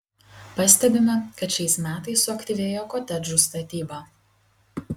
pastebime kad šiais metais suaktyvėjo kotedžų statyba